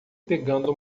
pegando